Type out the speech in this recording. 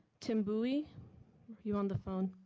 tim bowie, are you on the phone?